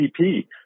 GDP